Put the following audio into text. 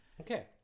Okay